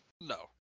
No